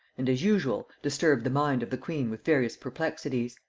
and, as usual, disturbed the mind of the queen with various perplexities.